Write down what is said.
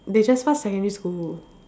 they trespass secondary school